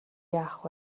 яах